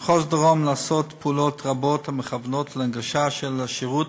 במחוז דרום נעשות פעולות רבות המכוונות להנגשה של השירות